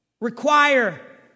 require